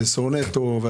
אם